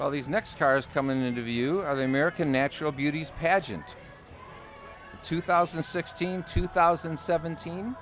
all these next cars coming into view of the american natural beauty pageant two thousand and sixteen two thousand and seventeen